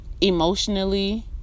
emotionally